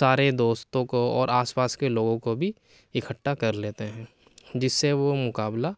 سارے دوستوں کو اور آس پاس کے لوگوں کو بھی اکٹھا کر لیتے ہیں جس سے وہ مقابلہ